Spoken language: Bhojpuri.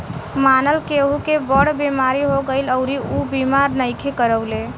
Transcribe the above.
मानल केहु के बड़ बीमारी हो गईल अउरी ऊ बीमा नइखे करवले